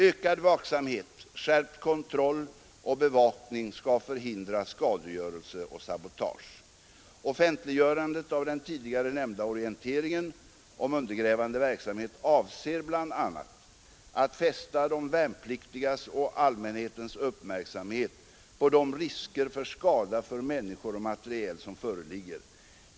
Ökad vaksamhet, skärpt kontroll och bevakning skall förhindra skadegörelse och sabotage. Offentliggörandet av den tidigare nämnda orienteringen om undergrävande verksamhet avser bl.a. att fästa de värnpliktigas och allmänhetens uppmärksamhet på de risker för skada för människor och materiel som föreligger.